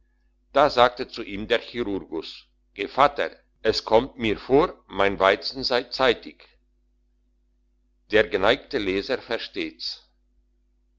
da sagte zu ihm der chirurgus gevatter es kommt mir vor mein weizen sei zeitig der geneigte leser versteht's